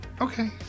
Okay